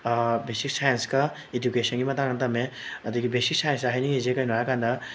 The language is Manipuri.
ꯕꯦꯁꯤꯛ ꯁꯥꯏꯟꯁꯀ ꯏꯗꯨꯀꯦꯁꯟꯒꯤ ꯃꯇꯥꯡꯗ ꯇꯝꯃꯦ ꯑꯗꯒꯤ ꯕꯦꯁꯤꯛ ꯁꯥꯏꯟꯁꯇ ꯍꯥꯏꯅꯤꯡꯂꯤꯁꯦ ꯀꯩꯅꯣ ꯍꯥꯏꯀꯥꯟꯗ